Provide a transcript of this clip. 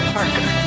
Parker